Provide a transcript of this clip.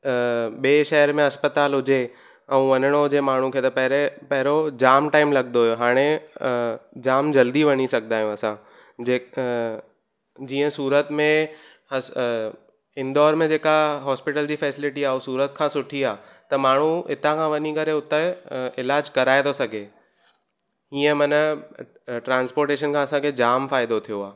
अ ॿिए शहर में अस्पताल हुजे ऐं वञिणो हुजे जामु माण्हुनि खे त पहिरीं पहिरियों जामु टाइम लॻंदो हुयो हाणे अ जामु जल्दी वञी सघंदा आहियूं असां जेका जीअं सूरत में हस इंदौर में जेका हॉस्पिटल जी फैसिलिटी आहे उहो सूरत खां सुठी त माण्हू इतां खां वञी करे उते अ इलाजु कराए थो सघे इअं माना ट्रांस्पॉटेशन खां असांखे जामु फ़ाइदो थियो आहे